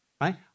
Right